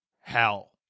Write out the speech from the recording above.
hell